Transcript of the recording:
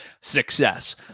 success